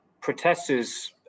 protesters